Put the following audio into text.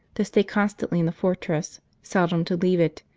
to stay constantly in the fortress, seldom to leave it,